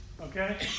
Okay